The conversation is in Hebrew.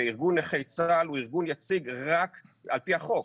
וארגון נכי צה"ל הוא ארגון יציג רק על פי החוק,